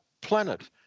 planet